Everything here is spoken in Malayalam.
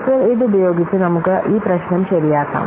ഇപ്പോൾ ഇതുപയോഗിച്ച് നമുക്ക് ഈ പ്രശ്നം ശരിയാക്കാം